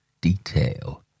detail